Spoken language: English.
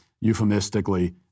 euphemistically